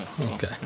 Okay